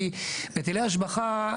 כי היטלי השבחה,